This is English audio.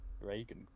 Reagan